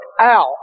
out